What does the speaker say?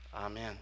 Amen